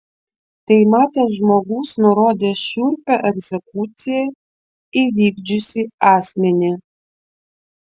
tai matęs žmogus nurodė šiurpią egzekuciją įvykdžiusį asmenį